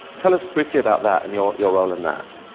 tell us briefly about that and your your role in that.